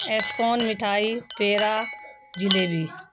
spoon مٹھائی پیڑا جلیبی